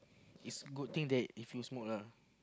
is good thing that if you smoke ah